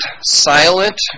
silent